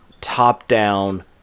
top-down